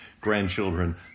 grandchildren